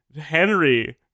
Henry